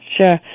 Sure